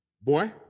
Boy